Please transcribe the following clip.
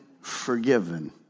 forgiven